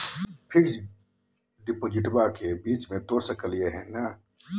Fix डिपोजिटबा के बीच में तोड़ सकी ना?